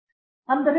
ಪ್ರತಾಪ್ ಹರಿಡೋಸ್ ಸರಿ